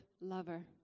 lover